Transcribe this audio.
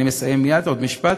אני מסיים עוד מעט, עוד משפט.